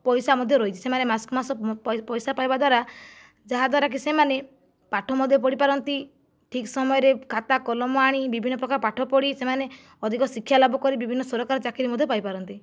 ପଇସା ମଧ୍ୟ ରହିଚି ସେମାନେ ମାସକୁ ମାସ ପଇସା ପାଇବାଦ୍ଵାରା ଯାହାଦ୍ୱାରା କି ସେମାନେ ପାଠ ମଧ୍ୟ ପଢ଼ିପାରନ୍ତି ଠିକ୍ ସମୟରେ ଖାତା କଲମ ଆଣି ବିଭିନ୍ନ ପ୍ରକାର ପାଠ ପଢ଼ି ସେମାନେ ଅଧିକ ଶିକ୍ଷାଲାଭ କରି ବିଭିନ୍ନ ସରକାର ଚାକିରି ମଧ୍ୟ ପାଇପାରନ୍ତି